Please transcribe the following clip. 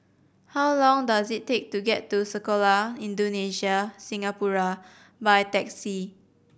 how long does it take to get to Sekolah Indonesia Singapura by taxi